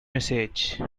message